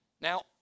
Now